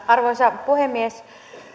arvoisa puhemies